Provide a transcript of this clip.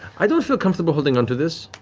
i don't feel comfortable holding on to this.